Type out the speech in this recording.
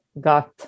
got